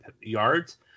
yards